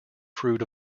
fruit